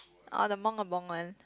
oh the one